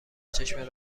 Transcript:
چشم